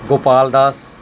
Gopal Das